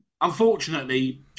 unfortunately